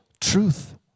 truth